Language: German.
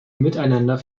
miteinander